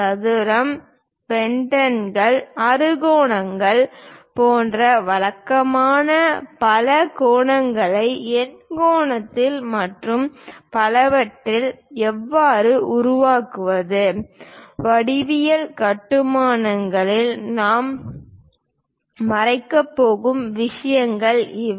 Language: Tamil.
சதுரம் பென்டகன் அறுகோணம் போன்ற வழக்கமான பலகோணங்களை எண்கோணத்தில் மற்றும் பலவற்றில் எவ்வாறு உருவாக்குவது வடிவியல் கட்டுமானங்களில் நாம் மறைக்கப் போகும் விஷயங்கள் இவை